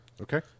Okay